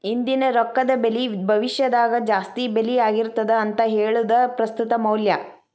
ಇಂದಿನ ರೊಕ್ಕದ ಬೆಲಿ ಭವಿಷ್ಯದಾಗ ಜಾಸ್ತಿ ಬೆಲಿ ಆಗಿರ್ತದ ಅಂತ ಹೇಳುದ ಪ್ರಸ್ತುತ ಮೌಲ್ಯ